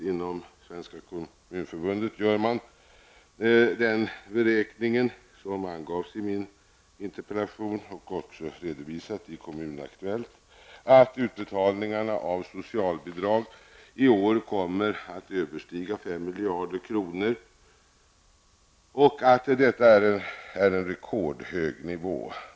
Inom Svenska kommunförbundet gör man den beräkningen -- som angavs i min interpellation och som också redovisats i Kommun-Aktuellt -- att utbetalningarna av socialbidrag i år kommer att överstiga 5 miljarder kronor och att detta är en rekordhög nivå.